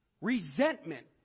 Resentment